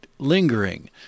Lingering